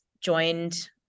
joined